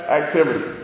activity